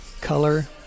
Color